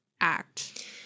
act